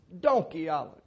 Donkeyology